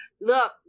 look